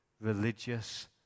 religious